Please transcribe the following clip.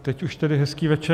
Teď už tedy hezký večer.